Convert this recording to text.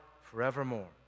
forevermore